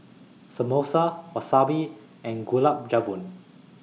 Samosa Wasabi and Gulab Jamun